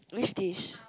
which dish